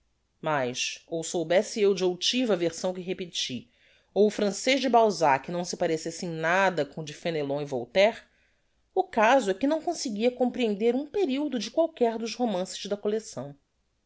mas ou soubesse eu de outiva a versão que repeti ou o francez de balzac não se parecesse em nada com o de fenelon e voltaire o caso é que não conseguia comprehender um periodo de qualquer dos romances da collecção